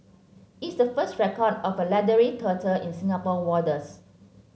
it's the first record of a leathery turtle in Singapore waters